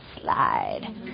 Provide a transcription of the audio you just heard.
slide